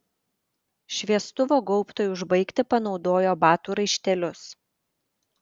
šviestuvo gaubtui užbaigti panaudojo batų raištelius